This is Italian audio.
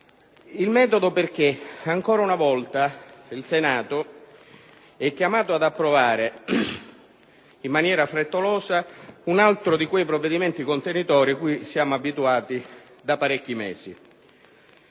il metodo infatti, ancora una volta, il Senato è chiamato ad approvare in maniera frettolosa un altro di quei provvedimenti contenitore cui siamo abituati da parecchi mesi.